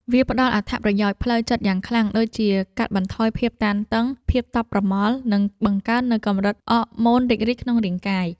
វាផ្ដល់អត្ថប្រយោជន៍ផ្លូវចិត្តយ៉ាងខ្លាំង ដូចជាការកាត់បន្ថយភាពតានតឹង ភាពតប់ប្រមល់ និងបង្កើននូវកម្រិតអរម៉ូនរីករាយក្នុងរាងកាយ។